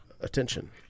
attention